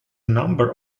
number